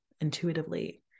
intuitively